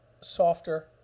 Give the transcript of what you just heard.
softer